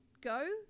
go